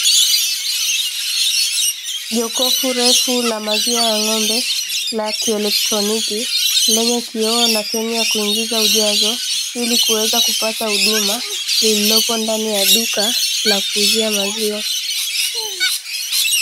Jokofu refu la maziwa ya ng`ombe la kielektroniki, lenye kioo na sehemu ya kuingiza ujazo, ili kuweza kupata huduma iliyopo ndani ya duka la kuuzia maziwa.